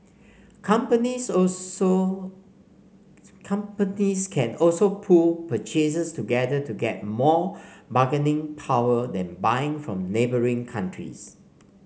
companies also companies can also pool purchases together to get more bargaining power then buying from neighbouring countries